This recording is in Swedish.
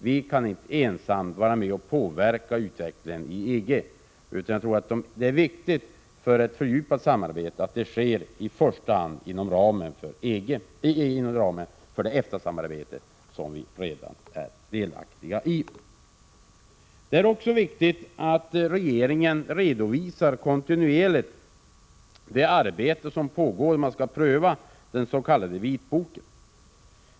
Vi kan inte ensamma vara med och påverka utvecklingen i EG, utan det är viktigt för ett fördjupat samarbete att det sker i första hand inom ramen för det EFTA-samarbete som vi redan är delaktiga i. Det är också viktigt att regeringen kontinuerligt redovisar det arbete som pågår om hur man skall pröva den s.k. vitboken.